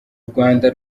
rwanda